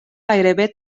gairebé